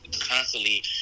constantly